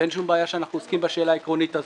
שום בעיה שאנחנו עוסקים בשאלה העקרונית הזאת.